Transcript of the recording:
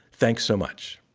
thanks so much